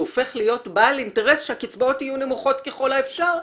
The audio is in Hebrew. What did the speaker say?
שהופך להיות בעל אינטרס שהקצבאות יהיו נמוכות ככל האפשר,